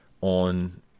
on